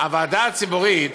הוועדה הציבורית